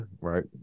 right